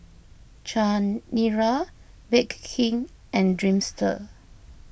Chanira Bake King and Dreamster